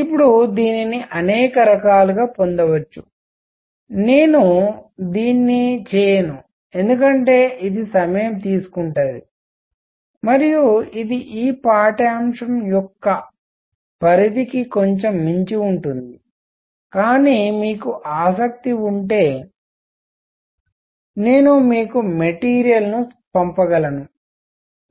ఇప్పుడు దీనిని అనేక రకాలుగా పొందవచ్చు నేను దీన్ని చేయను ఎందుకంటే ఇది సమయం తీసుకుంటది మరియు ఇది ఈ పాఠ్యాంశం యొక్క పరిధికి కొంచెం మించి ఉంటుంది కానీ మీకు ఆసక్తి ఉంటే నేను మీకు మెటీరియల్ ను పంపగలను